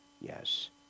yes